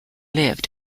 lived